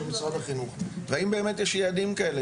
משרד החינוך והאם באמת יש יעדים כאלה.